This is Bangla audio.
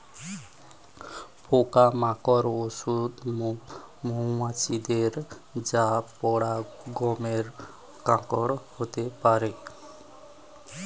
পোকা মারার ঔষধ মৌমাছি মেরে দ্যায় যা পরাগরেণু কমের কারণ হতে পারে